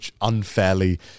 unfairly